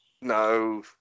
No